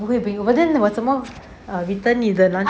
no they wouldn't 我怎么 err return 你的那个